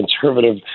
conservative